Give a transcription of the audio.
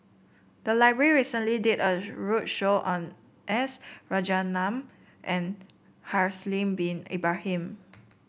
the library recently did a roadshow on S Rajaratnam and Haslir Bin Ibrahim